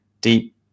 deep